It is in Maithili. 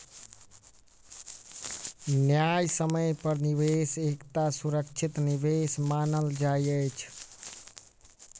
न्यायसम्य पर निवेश एकटा सुरक्षित निवेश मानल जाइत अछि